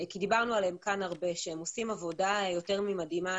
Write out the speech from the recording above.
כי דיברנו עליהם כאן הרבה שהם עושים עבודה יותר ממדהימה